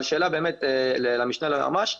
שאלה למשנה ליועץ המשפטי.